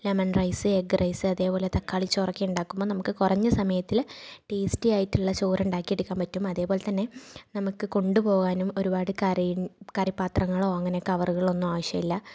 lemon rice egg rice അതേപോലെ തക്കാളി ചോറൊക്കെ ഉണ്ടാക്കുമ്പോൾ നമുക്ക് കുറഞ്ഞ സമയത്തിൽ ടേസ്റ്റിയായിട്ടുള്ള ചോറ് ഉണ്ടാക്കിയെടുക്കാന് പറ്റും അതേപോലെ തന്നെ നമുക്ക് കൊണ്ടുപോകാനും ഒരുപാട് കറിയും കറിപാത്രങ്ങളോ അങ്ങനെ കവറുകള് ഒന്നും ആവശ്യമില്ല